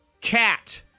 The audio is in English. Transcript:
Cat